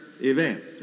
event